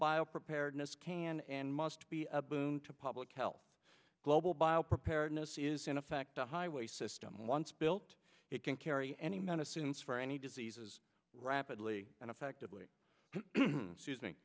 bio preparedness can and must be a boon to public health global bio preparedness is in effect a highway system once built it can carry any medicines for any diseases rapidly and effectively